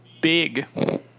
Big